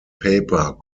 paper